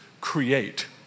Create